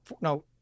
no